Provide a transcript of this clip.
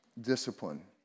discipline